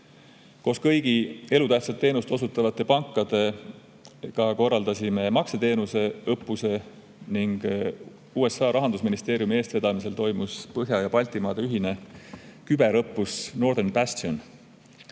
koos kõigi elutähtsat teenust osutavate pankadega makseteenuse õppuse. USA rahandusministeeriumi eestvedamisel toimus Põhja‑ ja Baltimaade ühine küberõppus Northern Bastion.